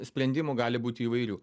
sprendimų gali būti įvairių